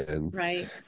Right